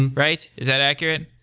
and right? is that accurate?